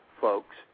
folks